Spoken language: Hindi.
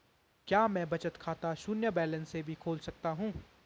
क्या मैं बचत खाता शून्य बैलेंस से भी खोल सकता हूँ?